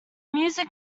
music